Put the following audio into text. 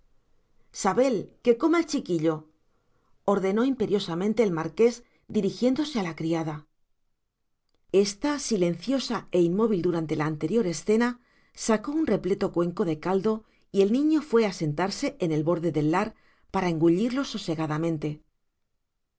sabel que coma el chiquillo ordenó imperiosamente el marqués dirigiéndose a la criada ésta silenciosa e inmóvil durante la anterior escena sacó un repleto cuenco de caldo y el niño fue a sentarse en el borde del lar para engullirlo sosegadamente en